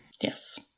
Yes